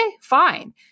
fine